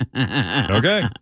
Okay